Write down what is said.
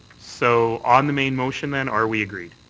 so on the main motion then are we agreed?